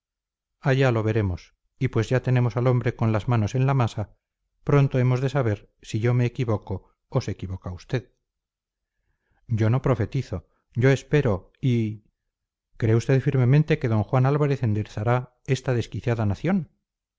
allá lo veremos y pues ya tenemos al hombre con las manos en la masa pronto hemos de saber si yo me equivoco o se equivoca usted yo no profetizo yo espero y cree usted firmemente que d juan álvarez enderezará esta desquiciada nación